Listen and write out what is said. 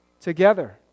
together